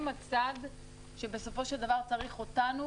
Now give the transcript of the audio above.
הם אלו שצריכים אותנו,